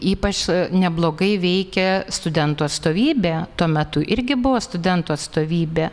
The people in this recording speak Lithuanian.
ypač neblogai veikė studentų atstovybė tuo metu irgi buvo studentų atstovybė